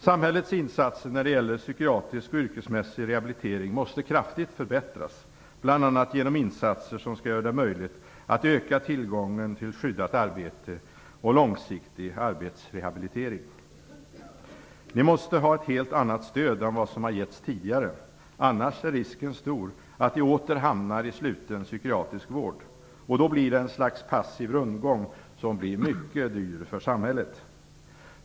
Samhällets insatser när det gäller psykiatrisk och yrkesmässig rehabilitering måste kraftigt förbättras, bl.a. genom insatser som skall göra det möjligt att öka tillgången till skyddat arbete och långsiktig arbetsrehabilitering. De sjuka måste ha ett helt annat stöd än vad som har getts tidigare. Annars är risken stor att de åter hamnar i sluten psykiatrisk vård, och då blir det ett slags passiv rundgång som blir mycket dyr för samhället.